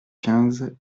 quinze